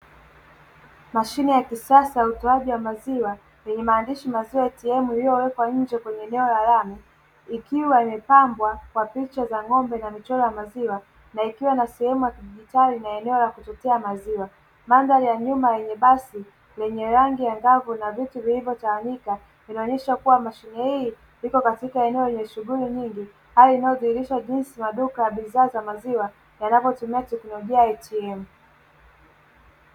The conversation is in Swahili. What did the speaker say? Mashine ya kisasa ya utoaji wa maziwa yenye maandishi maziwa ATM iliyowekwa nje kwenye eneo la rami ikiwa imepambwa kwa picha za ng'ombe na michoro ya maziwa na ikiwa na sehemu ya kidigitali na eneo la kuchotea maziwa. Mandhari ya nyuma yenye basi lenye rangi angavu na vitu vilivyotawanyika vinaonyesha kuwa mashine hii iko katika eneo lenye shughuli nyingi hali inayodhihirisha jinsi maduka ya bidhaa za maziwa yanavyotumia teknolojia ya ATM.